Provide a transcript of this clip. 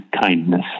kindness